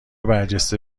برجسته